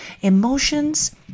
Emotions